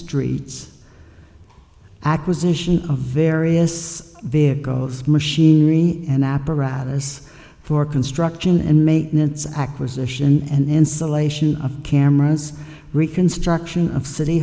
streets acquisition of various vehicles machinery and apparatus for construction and maintenance acquisition and insulation of cameras reconstruction of city